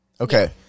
Okay